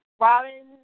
Robin